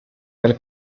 del